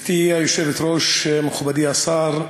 גברתי היושבת-ראש, מכובדי השר,